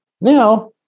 Now